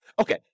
Okay